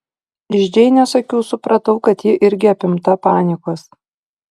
iš džeinės akių supratau kad ji irgi apimta panikos